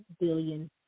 billion